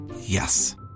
Yes